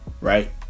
right